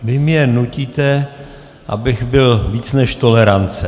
Vy mě nutíte, abych byl víc než tolerance.